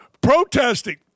protesting